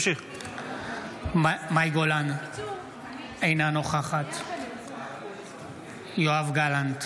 מאי גולן, אינה נוכחת יואב גלנט,